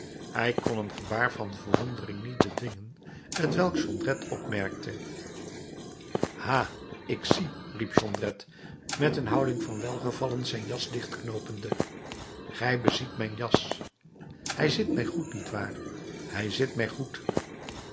hij kon een gebaar van verwondering niet bedwingen t welk jondrette opmerkte ha ik zie riep jondrette met een houding van welgevallen zijn jas dichtknoopende gij beziet mijn jas hij zit mij goed niet waar hij zit mij goed